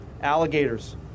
alligators